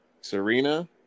Serena